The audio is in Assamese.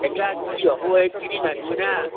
এইগিলা কি হ'ব হে তিৰি মানুহ না